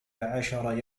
عشر